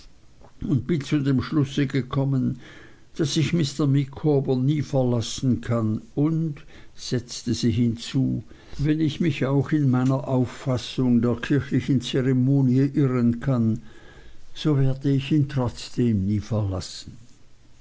und bin zu dem schlusse gekommen daß ich mr micawber nie verlassen kann und setzte sie hinzu wenn ich mich auch in meiner auffassung der kirchlichen zeremonie irren kann so werde ich ihn trotzdem nie verlassen